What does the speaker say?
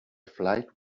flight